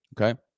okay